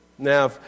Now